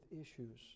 issues